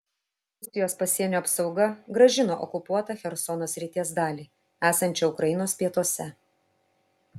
rusijos pasienio apsauga grąžino okupuotą chersono srities dalį esančią ukrainos pietuose